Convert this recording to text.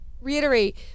reiterate